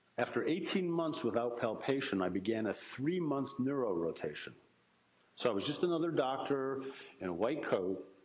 after eighteen months without palpation, i began a three month neuro rotation. so i was just another doctor in a white coat